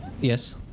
Yes